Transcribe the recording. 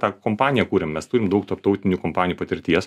tą kompaniją kūrėm mes turim daug tarptautinių kompanijų patirties